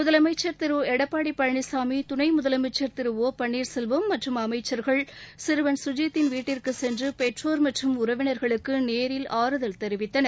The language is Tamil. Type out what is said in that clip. முதலனமச்சர் திரு எடப்பாடி பழனிசாமி துணை முதலனமச்சர் திரு ஒ பள்ளீர்செல்வம் மற்றும் அம்சர்கள் சிறுவன் சத்தித்தின் வீட்டிற்கு சென்று பெற்றோர் மற்றும் உறவினர்களுக்கு நேரில் ஆறுதல் தெரிவித்தனர்